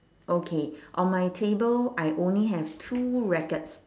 okay on my table I only have two rackets